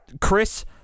Chris